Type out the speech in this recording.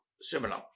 similar